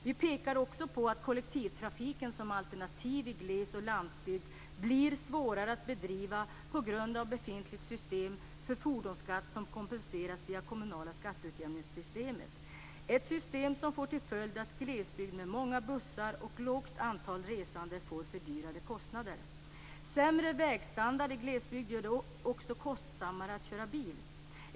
Vi pekar också på att kollektivtrafik i gles och landsbygd blir svårare att bedriva på grund av det befintliga systemet för fordonsskatt. Denna skatt kompenseras via det kommunala skatteutjämningssystemet, en ordning som får till följd att man får fördyrade kostnader i glesbygd med många bussar och lågt antal resande. Sämre vägstandard i glesbygd gör det också kostsammare att köra bil där.